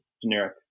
generic